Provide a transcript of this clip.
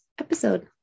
episode